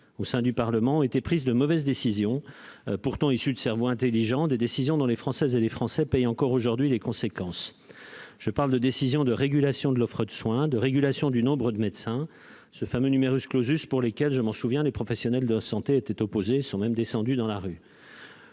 par le Parlement de mauvaises décisions, pourtant issues de cerveaux intelligents, des décisions dont les Françaises et les Français paient encore aujourd'hui les conséquences : je veux parler de décisions de régulation de l'offre de soins, donc de régulation du nombre de médecins, ce fameux auquel, je m'en souviens, les professionnels de santé étaient opposés- ils étaient même descendus dans la rue